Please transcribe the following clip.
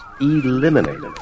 Eliminated